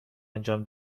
انجام